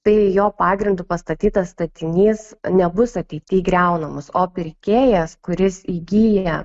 tai jo pagrindu pastatytas statinys nebus ateity griaunamas o pirkėjas kuris įgyja